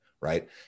right